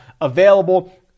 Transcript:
available